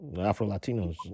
Afro-Latinos